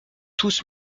tous